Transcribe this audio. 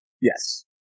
Yes